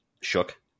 shook